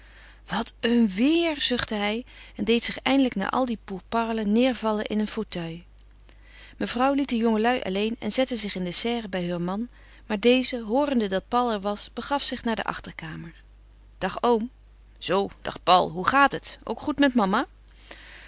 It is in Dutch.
wat een weêr zuchtte hij en deed zich eindelijk na al die pourparlers neêrvallen in een fauteuil mevrouw liet de jongelui alleen en zette zich in de serre bij heur man maar deze hoorende dat paul er was begaf zich naar de achterkamer dag oom zoo dag paul hoe gaat het ook goed met mama